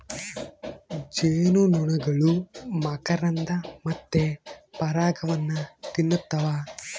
ಜೇನುನೊಣಗಳು ಮಕರಂದ ಮತ್ತೆ ಪರಾಗವನ್ನ ತಿನ್ನುತ್ತವ